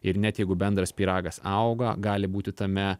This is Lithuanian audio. ir net jeigu bendras pyragas auga gali būti tame